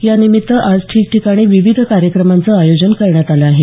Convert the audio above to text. यानिमित्त आज ठिकठिकाणी विविध कार्यक्रमांचं आयोजन करण्यात आलं आहे